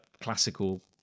classical